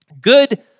Good